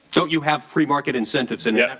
don't you have premarket incentive so and yeah